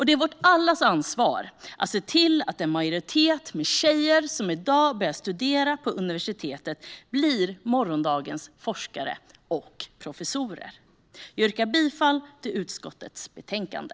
Det är allas ansvar att se till att en majoritet av de tjejer som i dag börjar studera på universitet blir morgondagens forskare och professorer. Jag yrkar bifall till förslaget i utskottets betänkande.